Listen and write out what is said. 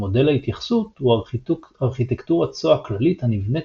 מודל ההתייחסות הוא ארכיטקטורת SOA כללית הנבנית